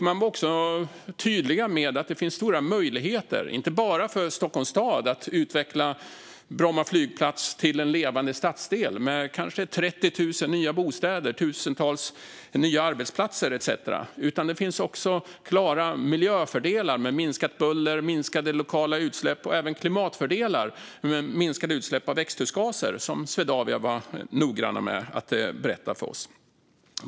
De var tydliga med att det finns stora möjligheter - inte bara kan Stockholms stad utveckla Bromma flygplats till en levande stadsdel med kanske 30 000 nya bostäder och tusentals nya arbetsplatser, utan det finns också klara miljöfördelar som minskat buller och minskade lokala utsläpp. Det finns dessutom klimatfördelar i och med minskade utsläpp av växthusgaser, vilket Swedavia var noggranna med att berätta för oss.